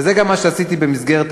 וזה גם מה שעשיתי במסגרת הוועדה.